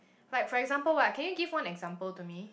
like for example what can you give one example to me